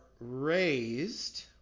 raised